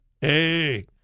Hey